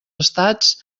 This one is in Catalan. estats